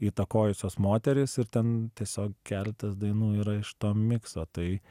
įtakojusios moterys ir ten tiesiog keletas dainų yra iš to mikso tai